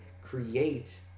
create